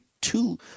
two